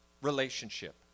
Relationship